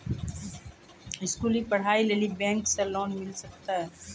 स्कूली पढ़ाई लेली बैंक से लोन मिले सकते?